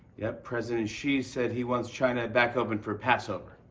yep, president xi said he wants china back open for passover.